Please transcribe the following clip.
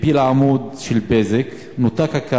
הפילה עמוד של "בזק", והקו נותק.